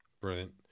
Brilliant